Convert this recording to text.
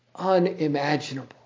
unimaginable